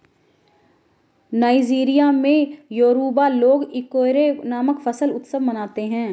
Nigeria में Yoruba लोग Ikore नामक फसल उत्सव मनाते हैं